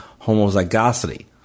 homozygosity